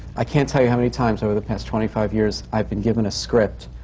i can't tell you how many times over the past twenty-five years i've been given a script,